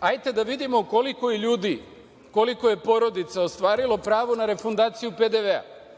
Hajte da vidimo koliko je ljudi, koliko je porodica ostvarilo pravo na refundaciju PDV-a